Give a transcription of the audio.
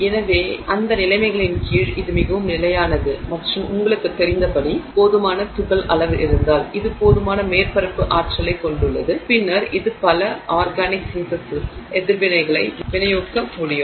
எனவே அந்த நிலைமைகளின் கீழ் இது மிகவும் நிலையானது மற்றும் உங்களுக்குத் தெரிந்தபடி போதுமான துகள் அளவு இருந்தால் இது போதுமான மேற்பரப்பு ஆற்றலைக் கொண்டுள்ளது பின்னர் அது பல ஆர்கானிக் சிந்தெசிஸ் எதிர்வினைகளை வினையூக்க முடியும்